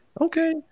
okay